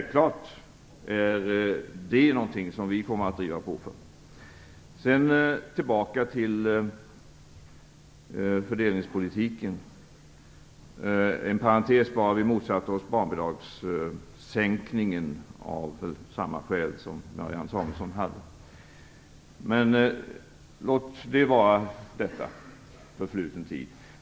Vi kommer självfallet att driva på detta. Jag går tillbaka till fördelningspolitiken. En parentes, bara: Vi motsatte oss barnbidragssänkningen av samma skäl som Marianne Samuelsson. Men låt det vara förfluten tid.